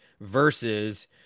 versus